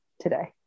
today